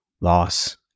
loss